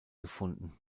gefunden